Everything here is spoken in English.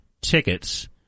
tickets